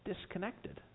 disconnected